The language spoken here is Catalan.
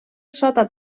sota